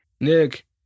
Nick